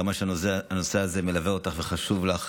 כמה שהנושא הזה מלווה אותך וחשוב לך,